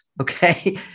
Okay